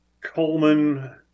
Coleman